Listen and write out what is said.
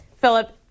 Philip